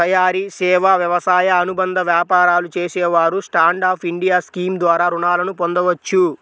తయారీ, సేవా, వ్యవసాయ అనుబంధ వ్యాపారాలు చేసేవారు స్టాండ్ అప్ ఇండియా స్కీమ్ ద్వారా రుణాలను పొందవచ్చు